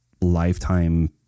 lifetime